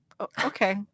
Okay